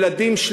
ילדים,